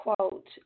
quote